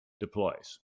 deploys